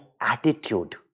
attitude